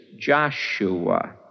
Joshua